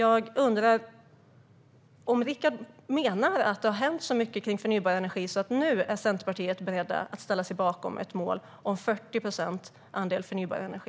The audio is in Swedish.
Menar Rickard Nordin att det har hänt så mycket i fråga om förnybar energi att Centerpartiet nu är berett att ställa sig bakom ett mål om 40 procent andel förnybar energi?